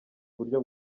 uburyo